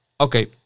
okay